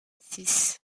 six